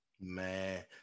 man